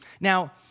Now